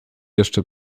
jeszcze